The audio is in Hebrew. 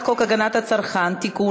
הגנת הצרכן (תיקון,